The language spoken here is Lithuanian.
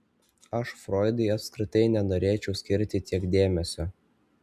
aš froidui apskritai nenorėčiau skirti tiek dėmesio